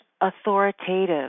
authoritative